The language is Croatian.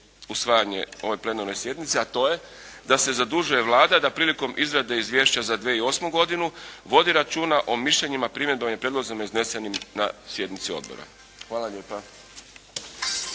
usvajanje na ovoj plenarnoj sjednici, a to je da se zadužuje Vlada da prilikom izrade izvješća za 2008. godinu vodi računa o mišljenjima, primjedbama i prijedlozima iznesenim na sjednici odbora. Hvala lijepa.